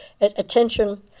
attention